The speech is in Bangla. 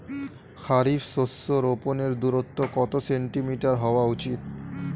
খারিফ শস্য রোপনের দূরত্ব কত সেন্টিমিটার হওয়া উচিৎ?